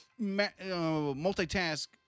Multitask